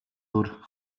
өөр